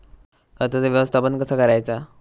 खताचा व्यवस्थापन कसा करायचा?